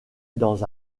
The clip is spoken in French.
dans